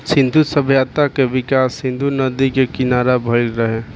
सिंधु सभ्यता के विकास सिंधु नदी के किनारा भईल रहे